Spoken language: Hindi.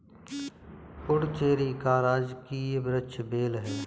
पुडुचेरी का राजकीय वृक्ष बेल है